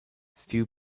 few